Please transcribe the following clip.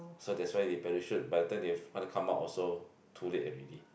so that's why they parachute by the time they want to come out also too late already